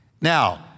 Now